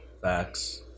Facts